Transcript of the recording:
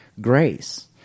grace